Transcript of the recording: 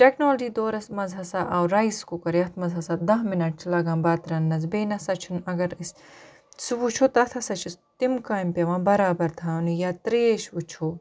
technology دورَس منٛز ہَسا آو رایِس کُکَر یَتھ منٛز ہَسا دَہ مِنَٹ چھِ لَگان بَتہٕ رَننَس بیٚیہِ نَسا چھُنہٕ اگر أسۍ سُہ وٕچھو تَتھ ہَسا چھِ تِم کامہِ پٮ۪وان بَرابَر تھاونہِ یا ترٛیش وٕچھو